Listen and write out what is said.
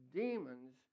demons